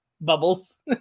Bubbles